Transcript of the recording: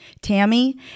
Tammy